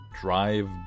drive